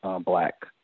black